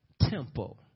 temple